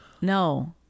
No